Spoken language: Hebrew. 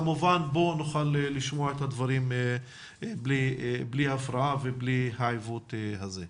כמובן שכאן נוכל לשמוע את הדברים ללא הפרעה וללא העיוות הזה.